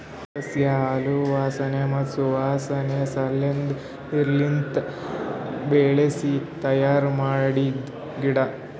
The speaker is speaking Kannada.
ಸಸ್ಯ ಹಾಲು ವಾಸನೆ ಮತ್ತ್ ಸುವಾಸನೆ ಸಲೆಂದ್ ನೀರ್ಲಿಂತ ಬೆಳಿಸಿ ತಯ್ಯಾರ ಮಾಡಿದ್ದ ಗಿಡ